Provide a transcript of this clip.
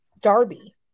Darby